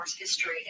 history